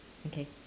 okay